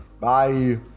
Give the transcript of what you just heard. Bye